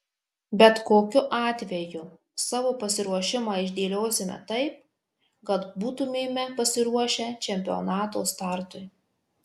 bet kokiu atveju savo pasiruošimą išdėliosime taip kad būtumėme pasiruošę čempionato startui